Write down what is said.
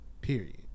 period